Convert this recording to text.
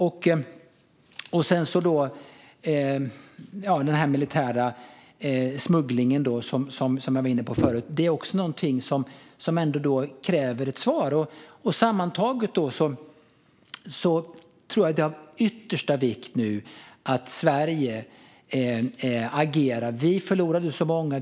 Och frågan om den militära smugglingen, som jag var inne på förut, kräver också ett svar. Sammantaget tror jag att det nu är av yttersta vikt att Sverige agerar. Vi förlorade många.